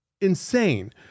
insane